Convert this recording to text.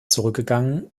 zurückgegangen